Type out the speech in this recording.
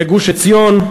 לגוש-עציון,